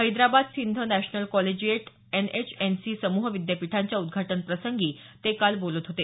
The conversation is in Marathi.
Hyderabad Sindh national collegiate H S N C समूह विद्यापीठांच्या उद्घाटनप्रसंगी ते काल बोलत होते